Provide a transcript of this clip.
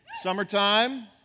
Summertime